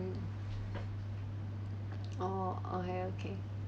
mm oh okay okay